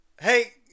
Hey